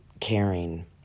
caring